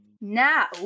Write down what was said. Now